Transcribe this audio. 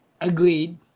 Agreed